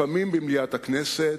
לפעמים במליאת הכנסת,